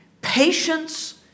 Patience